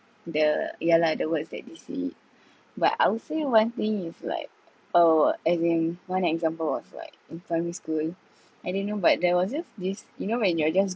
the yeah lah the words that they said but I'll say one thing is like or as in one example was like in primary school I didn't know but there was just this you know when you're just